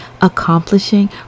accomplishing